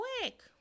Quick